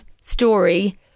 story